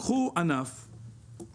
לקחו את ענף השום,